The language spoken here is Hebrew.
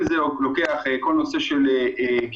אם זה לוקח את כל הנושא של גיוס,